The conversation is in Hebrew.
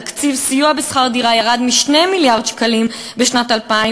התקציב לסיוע בשכר דירה ירד מ-2 מיליארד שקלים בשנת 2000